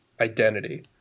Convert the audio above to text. identity